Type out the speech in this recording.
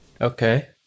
Okay